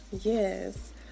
Yes